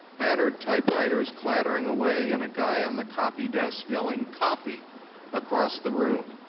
battered typewriters clattering away and a guy on the copy desk yelling copy across the room.